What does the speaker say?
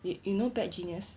you you know bad genius